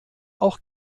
auch